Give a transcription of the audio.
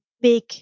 big